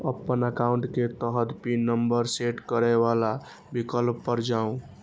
अपन एकाउंट के तहत पिन नंबर सेट करै बला विकल्प पर जाउ